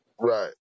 Right